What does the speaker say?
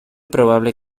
probable